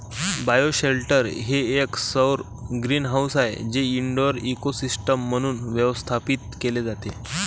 bioshelter हे एक सौर ग्रीनहाऊस आहे जे इनडोअर इकोसिस्टम म्हणून व्यवस्थापित केले जाते